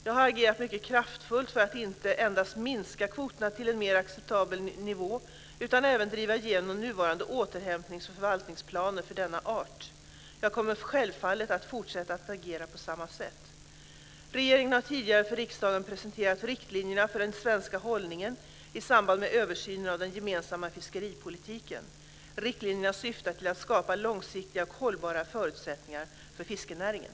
Jag har agerat mycket kraftfullt för att inte endast minska kvoterna till en mer acceptabel nivå utan även driva igenom nuvarande återhämtnings och förvaltningsplaner för denna art. Jag kommer självfallet att fortsätta att agera på samma sätt. Regeringen har tidigare för riksdagen presenterat riktlinjerna för den svenska hållningen i samband med översynen av den gemensamma fiskeripolitiken. Riktlinjerna syftar till att skapa långsiktiga och hållbara förutsättningar för fiskerinäringen.